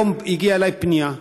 לעשות.